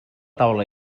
taula